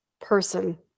person